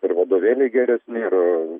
ir vadovėliai geresni ir